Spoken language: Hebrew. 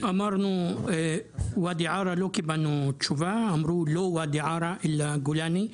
אמרנו ואדי ערה ולא קיבלנו תשובה; אמרו "לא ואדי ערה אלא גולני".